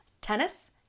tennis